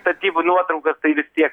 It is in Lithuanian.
statybų nuotraukas tai vis tiek